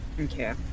Okay